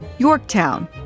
Yorktown